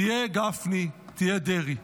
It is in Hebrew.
תהיה גפני, תהיה דרעי.